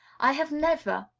i have never,